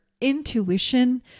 Intuition